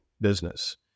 business